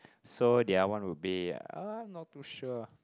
so the other one will be ah not too sure